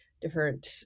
different